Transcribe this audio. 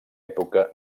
època